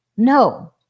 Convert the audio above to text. No